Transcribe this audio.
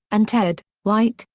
and ted, white,